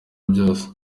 byose